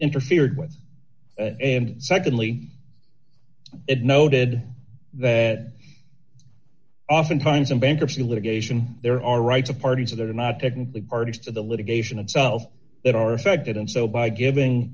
interfered with and secondly it noted that oftentimes in bankruptcy litigation there are rights of parties that are not technically parties to the litigation itself that are affected and so by giving